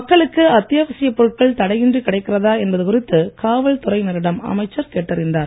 மக்களுக்கு அத்தியாவசியப் பொருட்கள் தடையின்றி கிடைக்கிறதா என்பது குறித்து காவல் துறையினரிடம் அமைச்சர் கேட்டறிந்தார்